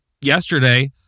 yesterday—